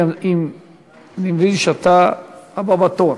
אני מבין שאתה הבא בתור.